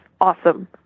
awesome